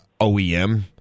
OEM –